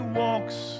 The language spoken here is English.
walks